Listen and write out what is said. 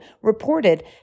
reported